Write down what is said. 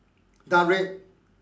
dark red